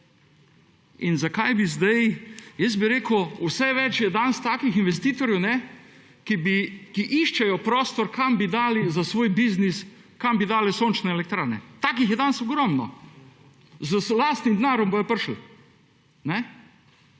In zakaj bi zdaj, jaz bi rekel vse več je danes takih investitorjev, ki iščejo prostor, kam bi dali za svoj biznis, kam bi dali sončne elektrarne, takih je danes ogromno, z lastnim denarjem bodo prišli.